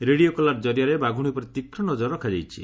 radio collar କରିଆରେ ବାଘୁଶୀ ଉପରେ ତୀକ୍ଷ୍ଣ ନଜର ରଖାଯାଇଛି